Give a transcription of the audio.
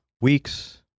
weeks